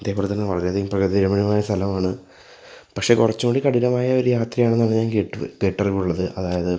ഇതേപോലെ തന്നെ വളരെ അധികം പ്രകൃതി രമണീയമായ സ്ഥലമാണ് പക്ഷെ കുറച്ച് കൂടി കഠിനമായ ഒരു യാത്രയാണ് നല്ലത് ഞാൻ കേട്ട് കേട്ടറിവുള്ളത് അതായത്